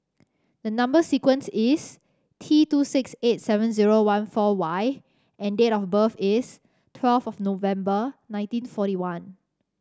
the number sequence is T two six eight seven zero one four Y and date of birth is twelve of November nineteen forty one